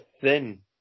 thin